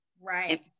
Right